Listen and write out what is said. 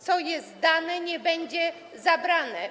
Co jest dane, nie będzie zabrane.